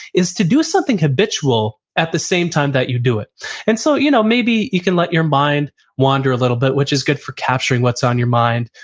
is to do something habitual at the same time that you do it and so you know maybe you can let your mind wander a little bit, which is good for capturing what's on your mind,